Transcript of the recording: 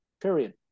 Period